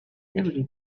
every